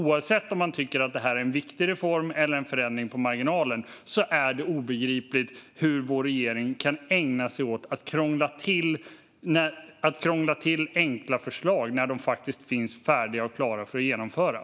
Oavsett om man tycker att det här är en viktig reform eller en förändring på marginalen är det obegripligt att vår regering kan ägna sig åt att krångla till enkla förslag som är färdiga och klara att genomföras.